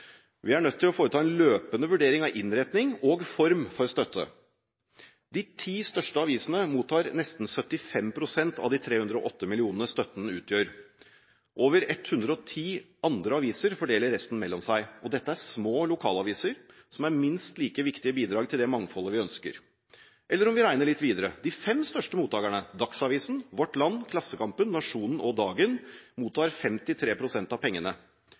Vi er nødt til å foreta en løpende vurdering av innretning av og form for støtte. De ti største avisene mottar nesten 75 pst. av de 308 mill. kr støtten utgjør. Over 110 andre aviser fordeler resten mellom seg. Dette er små lokalaviser som er minst like viktige bidrag til det mangfoldet vi ønsker. Eller om vi regner litt videre: De fem største mottagerne – Dagsavisen, Vårt Land, Klassekampen, Nationen og Dagen – mottar 53 pst. av pengene.